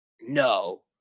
No